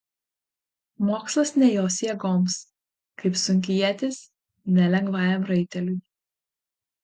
mokslas ne jos jėgoms kaip sunki ietis ne lengvajam raiteliui